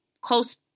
close